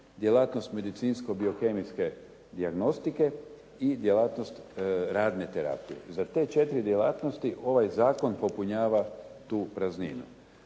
djelatnosti medicinsko-biokemijske dijagnostike i djelatnost radne terapije. Za te četiri djelatnosti ovaj zakon popunjava tu prazninu.